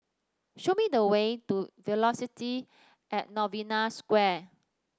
show me the way to Velocity At Novena Square